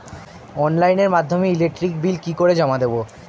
অনলাইনের মাধ্যমে electric bill কি করে জমা দেবো?